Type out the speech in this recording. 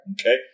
Okay